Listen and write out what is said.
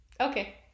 okay